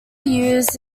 used